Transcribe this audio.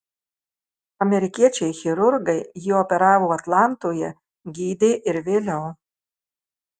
amerikiečiai chirurgai jį operavo atlantoje gydė ir vėliau